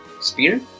Spear